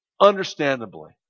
understandably